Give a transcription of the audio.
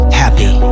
happy